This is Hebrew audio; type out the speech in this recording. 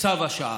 צו השעה.